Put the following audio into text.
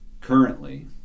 currently